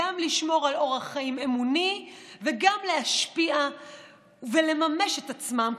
גם לשמור על אורח חיים אמוני וגם להשפיע ולממש את עצמם,